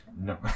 No